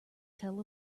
tell